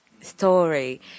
story